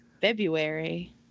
February